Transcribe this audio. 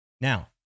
Now